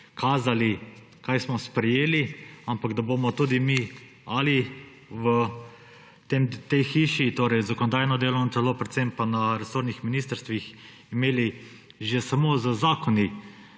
kazali, kaj smo sprejeli, ampak da bomo tudi mi ali v tej hiši, torej zakonodajno delovno telo, predvsem pa na resornih ministrstvih imeli že samo z zakoni